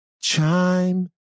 chime